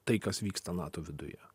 tai kas vyksta nato viduje